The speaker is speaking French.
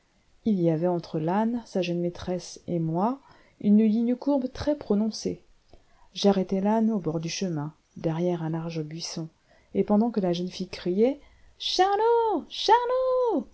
il y avait entre l'âne sa jeune maîtresse et moi une ligne courbe très prononcée j'arrêtai l'âne au bord du chemin derrière un large buisson et pendant que la jeune fille criait charlot charlot